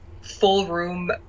full-room